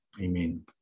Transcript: Amen